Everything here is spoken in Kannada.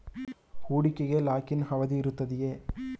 ಹೂಡಿಕೆಗೆ ಲಾಕ್ ಇನ್ ಅವಧಿ ಇರುತ್ತದೆಯೇ?